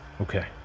Okay